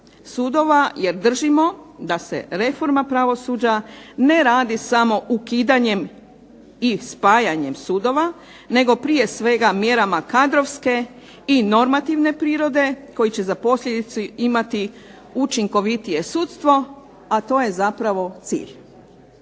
sudova, jer držimo da se reforma pravosuđa ne radi samo ukidanjem i spajanjem sudova, nego prije svega mjerama kadrovske i normativne prirode, koji će za posljedicu imati učinkovitije sudstvo, a to je zapravo cilj.